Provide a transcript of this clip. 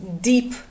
deep